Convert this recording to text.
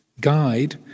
guide